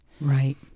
Right